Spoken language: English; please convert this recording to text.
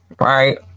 right